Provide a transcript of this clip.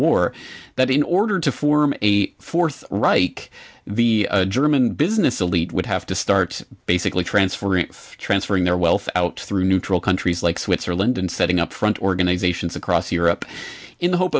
war that in order to form a fourth reich the german business elite would have to start basically transferring transferring their wealth out through neutral countries like switzerland and setting up front organizations across europe in the hope